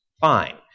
fine